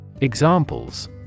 Examples